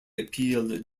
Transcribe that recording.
appealed